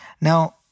Now